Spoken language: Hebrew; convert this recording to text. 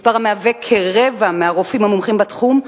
מספר המהווה כרבע מהרופאים המומחים בתחום,